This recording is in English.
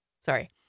Sorry